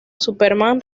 superman